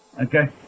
Okay